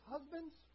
Husbands